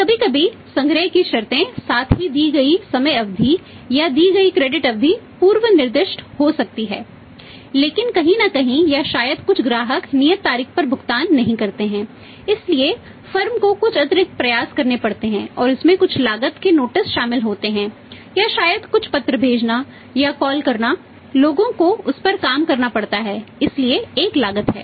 कभी कभी संग्रह की शर्तें साथ ही दी गई समय अवधि या दी गई क्रेडिट शामिल होते हैं या शायद कुछ पत्र भेजना या कॉल करना लोगों को उस पर काम करना पड़ता है इसलिए एक लागत है